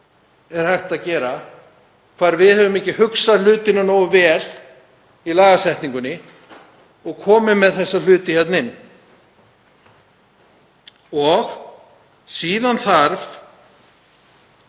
betur hægt að gera, hvar við höfum ekki hugsað hlutina nógu vel í lagasetningunni og komið með þá hluti hérna inn. Síðan þarf